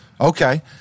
Okay